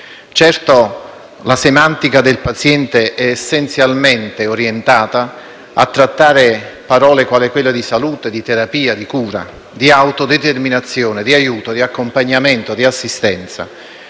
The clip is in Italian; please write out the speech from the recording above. Certo, la semantica del paziente è essenzialmente orientata a trattare parole quali quelle di «salute», «terapia», «cura», «autodeterminazione», «aiuto», «accompagnamento» e «assistenza».